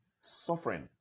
Suffering